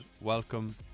welcome